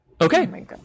Okay